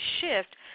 shift